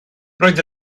roedd